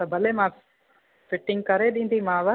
त भले मां फिटिंग करे ॾींदीमांव